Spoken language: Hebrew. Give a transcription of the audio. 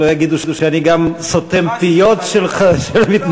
שלא יגידו שאני גם סותם פיות של מתנגדי.